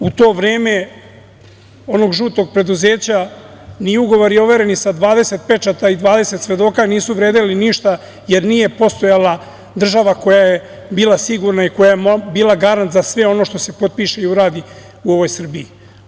U to vreme, onog žutog preduzeća, ni ugovori overeni sa 20 pečata i 20 svedoka nisu vredeli ništa, jer nije postojala država koja je bila sigurna i koja je bila garant za sve ono što se potpiše i uradi u ovoj Srbiji.